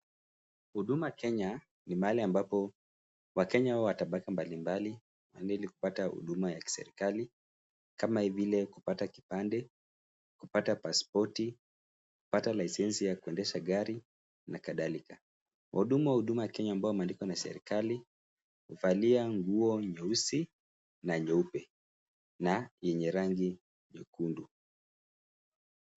Huduma Kenya ni mahali ambapo wakenya wa tabaka mbali mbali huenda ili kupata huduma ya kiserikali kama vile, kupata kipande, kupata pasipoti kupata licence ya kuendesha gari na kadhalika. Wahudumu wa huduma kenya ambao wameandikwa na serikali huvalia nguo nyeusi na nyeupe na yenye rangi nyekundu.